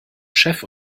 chef